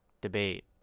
debate